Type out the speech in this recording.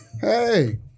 Hey